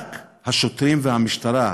רק השוטרים והמשטרה,